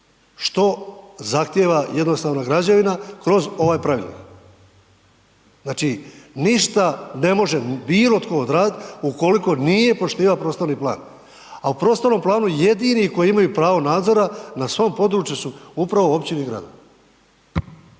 što zahtjeva jednostavna građevina kroz ovaj pravilnik? Znači, ništa ne može bilo tko odradit ukoliko nije poštivao prostorni plan, a u prostornom planu jedini koji imaju pravo nadzora na svom području su upravo općine i gradovi.